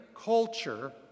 culture